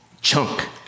chunk